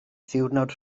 ddiwrnod